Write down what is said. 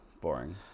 boring